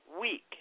week